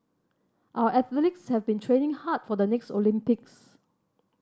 our athletes have been training hard for the next Olympics